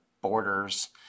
borders